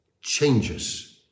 changes